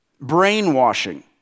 Brainwashing